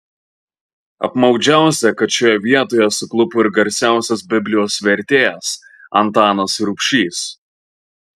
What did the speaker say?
apmaudžiausia kad šioje vietoje suklupo ir garsiausias biblijos vertėjas antanas rubšys